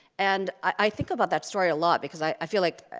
and i think about that story a lot, because i feel like,